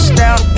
down